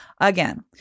again